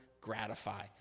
gratify